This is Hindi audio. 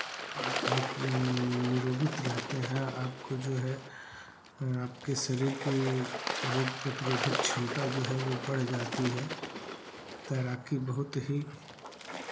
आप निरोगी रहते हैं आपको जो है आपके शरीर के रोग प्रतिरोधक क्षमता जो है वो बढ़ जाती है तैराकी बहुत ही